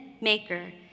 maker